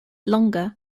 longer